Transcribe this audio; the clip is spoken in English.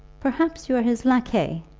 perhaps you are his laquais,